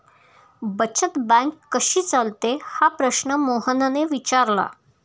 बचत बँक कशी चालते हा प्रश्न मोहनने विचारला?